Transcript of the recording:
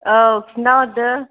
औ खिन्थाहरदो